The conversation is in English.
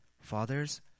Fathers